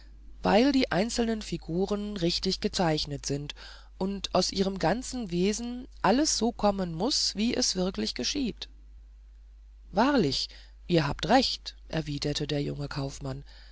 weil die einzelnen figuren richtig gezeichnet sind und aus ihrem ganzen wesen alles so kommen muß wie es wirklich geschieht wahrlich ihr habt recht erwiderte der junge kaufmann